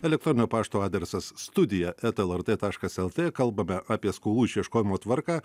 elektroninio pašto adresas studija eta lrt taškas lt kalbame apie skolų išieškojimo tvarką